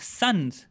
sons